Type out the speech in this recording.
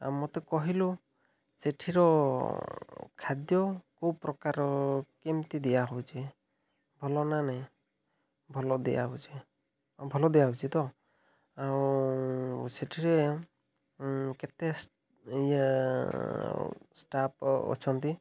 ଆଉ ମତେ କହିଲୁ ସେଠିର ଖାଦ୍ୟ କୋଉ ପ୍ରକାର କେମିତି ଦିଆହେଉଛି ଭଲ ନା ନାଇଁ ଭଲ ଦିଆହେଉଛି ଭଲ ଦିଆହେଉଛି ତ ଆଉ ସେଠିରେ କେତେ ଇଏ ଷ୍ଟାପ୍ ଅଛନ୍ତି